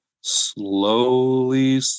slowly